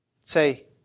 say